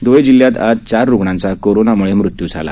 ध्वळे जिल्ह्यात आज चार रुग्णांचा कोरोनामुळे मृत्यू झाला